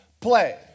play